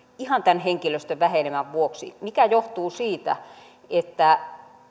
ihan tämän henkilöstövähenemän vuoksi mikä johtuu siitä että